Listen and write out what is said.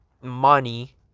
money